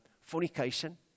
fornication